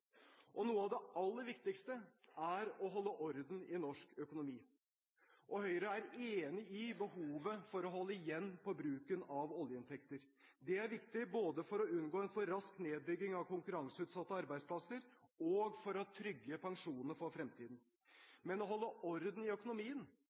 Noe av det aller viktigste er å holde orden i norsk økonomi, og Høyre er enig i behovet for å holde igjen på bruken av oljeinntekter. Det er viktig både for å unngå en for rask nedbygging av konkurranseutsatte arbeidsplasser og for å trygge pensjoner for fremtiden.